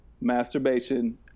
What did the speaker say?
masturbation